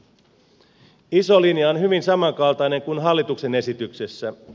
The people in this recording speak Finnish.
iso linja on hyvin samankaltainen kuin hallituksen esityksessä